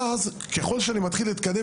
ככל שאני מתקדם,